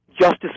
justice